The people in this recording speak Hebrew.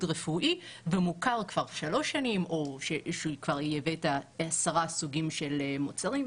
רפואי ומוכרים כבר שלוש שנים או לייבא עשרה סוגים של מוצרים.